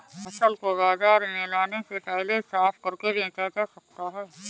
फसल को बाजार में लाने से पहले साफ करके बेचा जा सकता है?